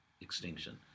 extinction